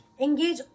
engage